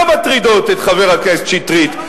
זה לא מטריד את חבר הכנסת שטרית.